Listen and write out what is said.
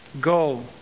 Go